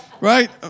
Right